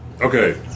okay